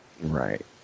right